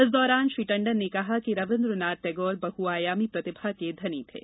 इस दौरान श्री टंडन ने कहा कि रविन्द्रनाथ टैगोर बहआयामी प्रतिभा के धनी थे